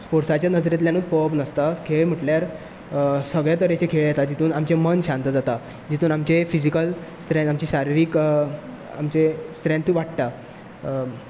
स्पोर्ट्साचे नदरेंतल्यानूच पळोवप नासता खेळ म्हणल्यार सगळे तरेचे खेळ येतात तितून आमचें मन शांत जाता जितूंत आमची फिजिकल स्ट्रेंथ आमची शारिरीक आमचे स्ट्रेंथ वाडटा